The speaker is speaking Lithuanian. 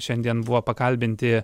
šiandien buvo pakalbinti